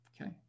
okay